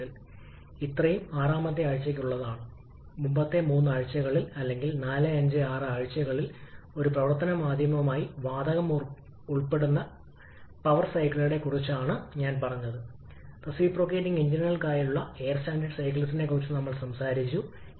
എന്നിരുന്നാലും ചൂട് എന്താണെന്ന് പരിശോധിക്കുക ഇൻപുട്ട് ആവശ്യകത നിങ്ങളുടെ ചൂട് ഇൻപുട്ട് ആവശ്യകതയെ ഇന്റർകൂൾ ചെയ്യാതെ 𝑞𝑤𝑖𝑡 ℎ𝑜𝑢𝑡 𝐼𝐶 𝑐𝑝 𝑇5 − 𝑇𝐴 എന്നിരുന്നാലും ഇന്റർകൂളിംഗ് ഉണ്ടാകുമ്പോൾ 𝑞𝑤𝑖𝑡 ℎ 𝐼𝐶 𝑐𝑝 𝑇5 − 𝑇4 അതിനാൽ ഇത് തീർച്ചയായും വളരെ വലുതാണ്